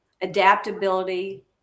adaptability